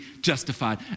justified